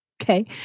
Okay